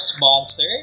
Monster